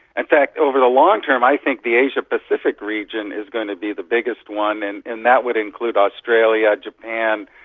in fact over the long term i think the asia pacific region is going to be the biggest one, and and that would include australia, japan,